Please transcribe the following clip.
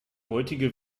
heutige